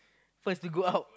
first to go out